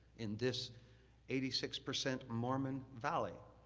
in this eighty six percent mormon valley,